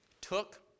took